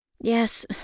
Yes